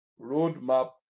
Roadmap